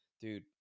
dude